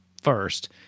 first